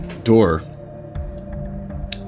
door